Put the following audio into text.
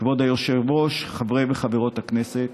כבוד היושב-ראש, חברי וחברות הכנסת,